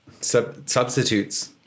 Substitutes